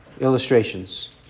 illustrations